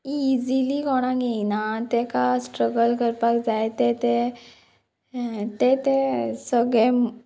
easily कोणाक येना तेका स्ट्रगल करपाक जाय तें तें तें तें सगळे